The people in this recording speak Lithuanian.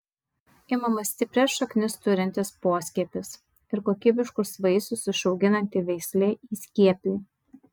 imamas stiprias šaknis turintis poskiepis ir kokybiškus vaisius išauginanti veislė įskiepiui